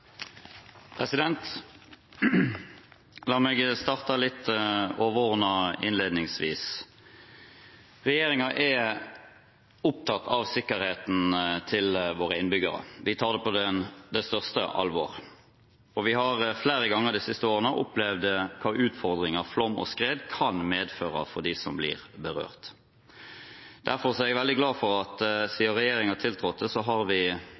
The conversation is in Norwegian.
kartleggingar. La meg starte litt overordnet innledningsvis. Regjeringen er opptatt av sikkerheten til våre innbyggere. Vi tar det på det største alvor, og vi har flere ganger de siste årene opplevd hva slags utfordringer flom og skred kan medføre for dem som blir berørt. Derfor er jeg veldig glad for at siden regjeringen tiltrådte, har vi